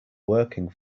working